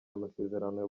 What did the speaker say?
amasezerano